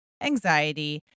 anxiety